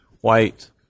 white